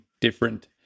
different